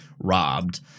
robbed